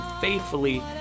faithfully